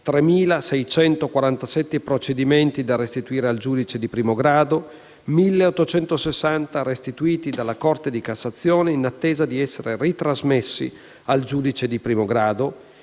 3.647 procedimenti da restituire al giudice di primo grado, 1.860 restituiti dalla Corte di cassazione e in attesa di essere ritrasmessi al giudice di primo grado